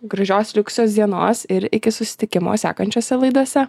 gražios likusios dienos ir iki susitikimo sekančiose laidose